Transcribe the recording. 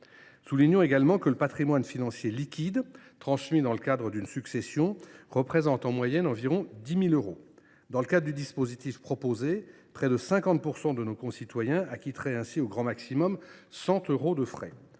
Soulignons également que le patrimoine financier liquide transmis dans le cadre d’une succession représente, en moyenne, environ 10 000 euros. Dans le cadre du dispositif proposé, près de 50 % de nos concitoyens acquitteraient ainsi, au maximum, 100 euros de frais.